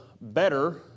better